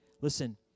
listen